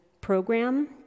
program